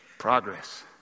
progress